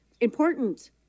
important